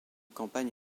campagne